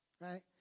right